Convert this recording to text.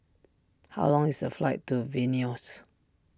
how long is the flight to Vilnius